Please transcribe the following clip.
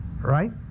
Right